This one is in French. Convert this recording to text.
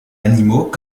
animaux